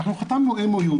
אנחנו חתמנו MOU,